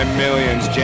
millions